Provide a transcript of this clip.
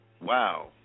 Wow